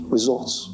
Results